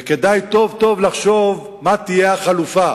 וכדאי לחשוב טוב-טוב מה תהיה החלופה